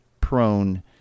prone